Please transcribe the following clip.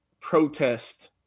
Protest